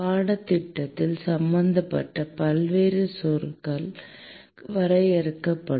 பாடத்திட்டத்தில் சம்பந்தப்பட்ட பல்வேறு சொற்கள் வரையறுக்கப்படும்